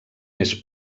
més